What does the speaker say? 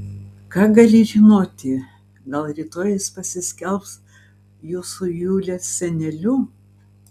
ką gali žinoti gal rytoj jis pasiskelbs jūsų julės seneliu